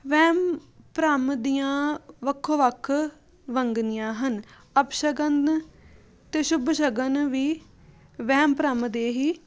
ਵਹਿਮ ਭਰਮ ਦੀਆਂ ਵੱਖੋ ਵੱਖ ਵੰਨਗੀਆਂ ਹਨ ਅਪਸ਼ਗਨ ਅਤੇ ਸ਼ੁਭ ਸ਼ਗਨ ਵੀ ਵਹਿਮ ਭਰਮ ਦੇ ਹੀ